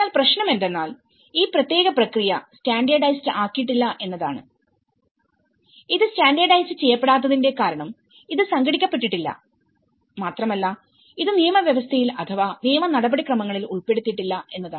എന്നാൽ പ്രശ്നം എന്തെന്നാൽഈ പ്രത്യേക പ്രക്രിയ സ്റ്റാൻഡേർഡൈസ്ഡ് ആക്കിയിട്ടില്ല എന്നതാണ് ഇത് സ്റ്റാൻഡേർഡൈസ്ഡ് ചെയ്യപ്പെടാത്തതിന്റെ കാരണം ഇത് സംഘടിപ്പിക്കപ്പെട്ടിട്ടില്ല മാത്രമല്ല ഇത് നിയമ വ്യവസ്ഥയിൽ അഥവാ നിയമ നടപടിക്രമങ്ങളിൽ ഉൾപ്പെടുത്തിയിട്ടില്ല എന്നതാണ്